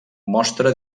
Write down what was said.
mostra